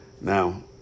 Now